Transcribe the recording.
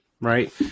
right